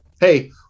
hey